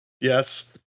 Yes